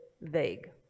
vague